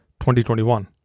2021